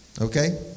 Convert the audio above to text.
Okay